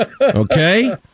Okay